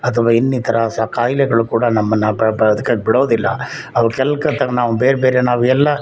ಅಥವಾ ಇನ್ನಿತರ ಹೊಸ ಕಾಯಿಲೆಗಳು ಕೂಡ ನಮ್ಮನ್ನು ಬದ್ಕೋಕೆ ಬಿಡೋದಿಲ್ಲ ನಾವು ಬೇರೆ ಬೇರೆ ನಾವು ಎಲ್ಲ